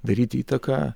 daryt įtaką